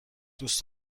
دوست